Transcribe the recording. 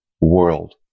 world